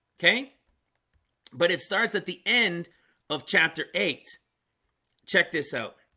okay but it starts at the end of chapter eight check this out